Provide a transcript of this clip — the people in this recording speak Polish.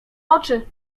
oczy